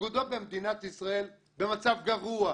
האגודות במדינת ישראל במצב גרוע,